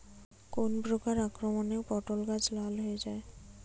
কোন প্রকার আক্রমণে পটল গাছ লাল হয়ে যায়?